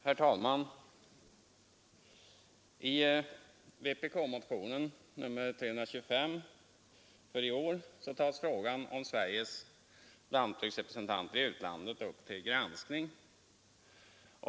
Herr talman! I vpk-motionen nr 325 för i år tas frågan om Sveriges lantbruksrepresentanter i utlandet upp till granskning.